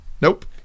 Nope